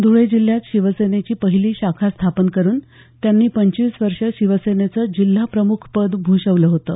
ध्वळे जिल्ह्यात शिवसेनेची पहिली शाखा स्थापन करून त्यांनी पंचवीस वर्षं शिवसेनेचं जिल्हा प्रमुख पद भूषवलं होतं